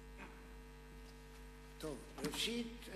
ראשית,